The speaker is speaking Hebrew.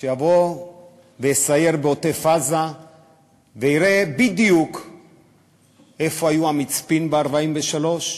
שיבוא ויסייר בעוטף-עזה ויראה בדיוק איפה היו המצפים ב-1953,